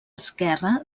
esquerre